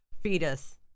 fetus